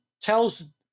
tells